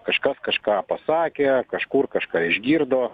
kažkas kažką pasakė kažkur kažką išgirdo